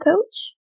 coach